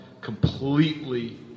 completely